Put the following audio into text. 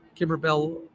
Kimberbell